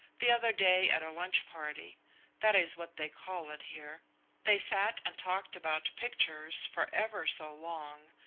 the other day at a lunch party that is what they call it here they sat and talked about pictures for ever so long.